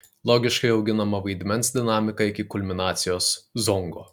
logiškai auginama vaidmens dinamika iki kulminacijos zongo